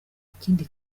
ikindi